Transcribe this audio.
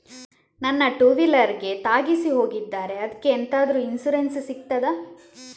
ನನ್ನ ಟೂವೀಲರ್ ಗೆ ತಾಗಿಸಿ ಹೋಗಿದ್ದಾರೆ ಅದ್ಕೆ ಎಂತಾದ್ರು ಇನ್ಸೂರೆನ್ಸ್ ಸಿಗ್ತದ?